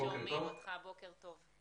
בוקר טוב.